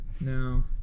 No